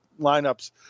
lineups